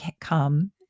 come